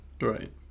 right